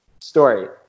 story